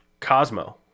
Cosmo